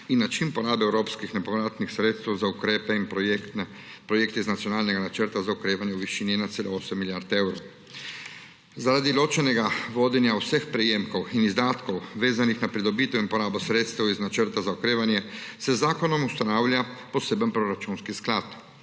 in način porabe evropskih nepovratnih sredstev za ukrepe in projekte iz nacionalnega Načrta za okrevanje v višini 1,8 milijard evrov. Zaradi ločenega vodenja vseh prejemkov in izdatkov, vezanih na pridobitev in porabo sredstev iz Načrta za okrevanje, se z zakonom ustanavlja poseben proračunski sklad.